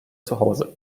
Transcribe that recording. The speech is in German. zuhause